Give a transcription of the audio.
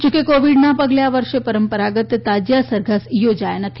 જો કે કોવીડના પગલે આ વર્ષે પરંપરાગત તાજીયા રસઘસ યોજાયા નથી